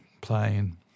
playing